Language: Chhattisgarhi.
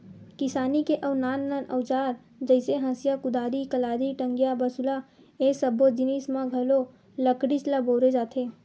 किसानी के अउ नान नान अउजार जइसे हँसिया, कुदारी, कलारी, टंगिया, बसूला ए सब्बो जिनिस म घलो लकड़ीच ल बउरे जाथे